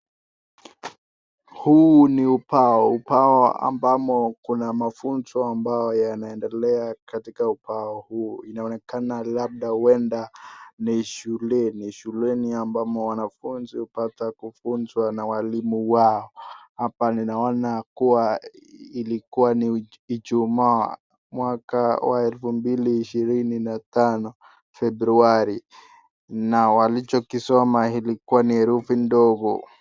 Huu ni ubao, ubao ambamo kuna mafunzo ambao yanaendelea katika ubao huu inaonekana labda uenda ni shuleni, shuleni ambamo wanafunzi upata kufunzwa na walimu wao. Hapa ninaona kuwa ilikuwa ni ijumaa mwaka wa elfu mbili ishirini na tano februari na walichokisoma ni herufi ndogo.